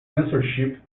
censorship